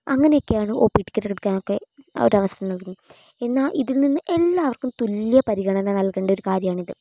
അങ്ങനെയൊക്കെയാണ് O P ticket എടുക്കാനൊക്കെ അവർ അവസരം നൽകുന്നത് എന്നാൽ ഇതിൽ നിന്ന് എല്ലാവർക്കും തുല്യ പരിഗണന നൽകേണ്ട ഒരു കാര്യമാണിത്